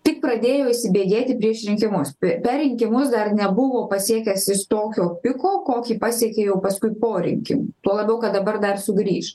tik pradėjo įsibėgėti prieš rinkimus per rinkimus dar nebuvo pasiekęs jis tokio piko kokį pasiekė jau paskui po reikimų tuo labiau kad dabar dar sugrįš